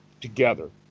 together